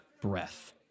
breath